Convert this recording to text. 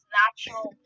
natural